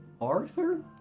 Arthur